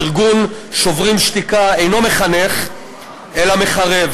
ארגון "שוברים שתיקה" אינו מחנך, אלא מחרב.